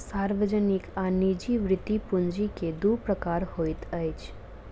सार्वजनिक आ निजी वृति पूंजी के दू प्रकार होइत अछि